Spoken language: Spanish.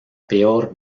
peor